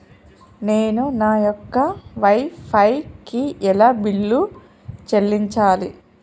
నేను నా యొక్క వై ఫై కి ఎలా బిల్లు చెల్లించాలి?